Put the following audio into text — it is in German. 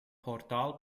portal